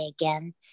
again